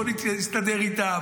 בואו נסתדר איתם,